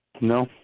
No